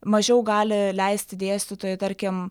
mažiau gali leisti dėstytojai tarkim